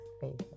faith